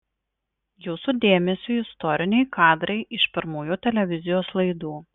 jūsų dėmesiui istoriniai kadrai iš pirmųjų televizijos laidų